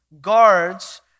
guards